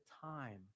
time